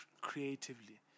creatively